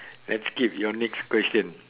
let's skip your next question